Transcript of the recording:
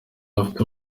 bafite